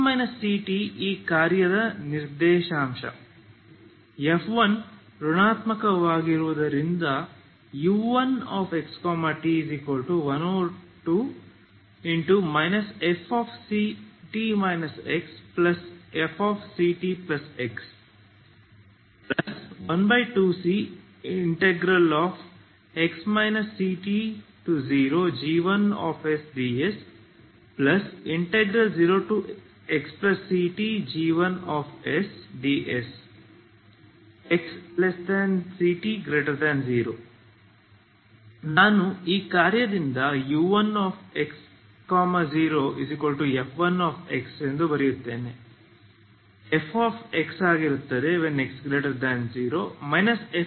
x ct ಈ ಕಾರ್ಯದ ನಿರ್ದೇಶಾಂಕ f1 ಋಣಾತ್ಮಕವಾಗಿರುವುದರಿಂದ u1xt12 fct xfxct12cx ct0g1sds0xctg1sds 0xct ನಾನು ಈ ಕಾರ್ಯದಿಂದ u1x0 f1xfx x0 f x x0 ಬರೆಯುತ್ತಿದ್ದೇನೆ